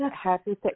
happy